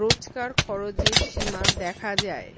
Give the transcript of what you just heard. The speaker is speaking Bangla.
রোজকার খরচের সীমা দেখা যায়